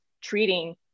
treating